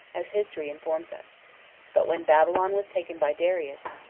as history informs us but when babylon was taken by darius,